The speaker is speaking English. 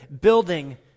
building